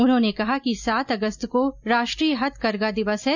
उन्होने कहा कि सात अगस्त को राष्ट्रीय हथकरघा दिवस है